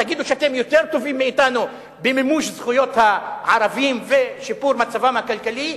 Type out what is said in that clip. תגידו שאתם יותר טובים מאתנו במימוש זכויות הערבים ושיפור מצבם הכלכלי,